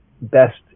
best